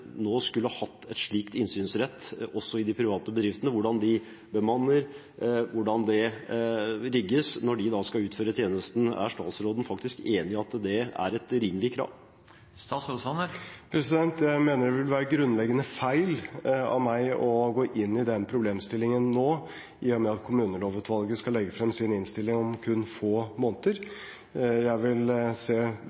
nå skulle hatt en slik innsynsrett også i de private bedriftene – hvordan de bemanner, hvordan det rigges – når de skal utføre tjenestene? Er statsråden faktisk enig i at det er et rimelig krav? Jeg mener det vil være grunnleggende feil av meg å gå inn i den problemstillingen nå, i og med at kommunelovutvalget skal legge frem sin innstilling om kun få måneder. Jeg vil se